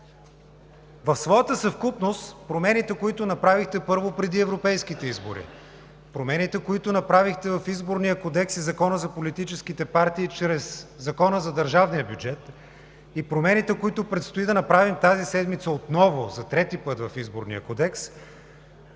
В своята съвкупност промените, които направихте, първо, преди европейските избори; промените, които направихте в Изборния кодекс и в Закона за политическите партии чрез Закона за държавния бюджет, и промените, които предстои да направим тази седмица отново, за трети път, в Изборния кодекс,